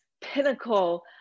pinnacle